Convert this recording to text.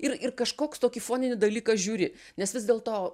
ir ir kažkoks tokį foninį dalyką žiūri nes vis dėlto